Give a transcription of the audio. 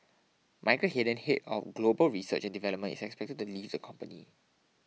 Michael Hayden head of global research and development expected to leave the company